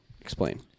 Explain